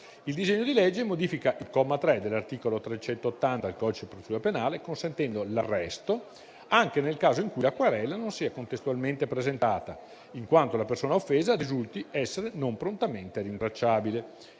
Il provvedimento modifica il comma 3 dell'articolo 380 del codice di procedura penale, consentendo l'arresto anche nel caso in cui la querela non sia contestualmente presentata in quanto la persona offesa risulti non essere prontamente rintracciabile.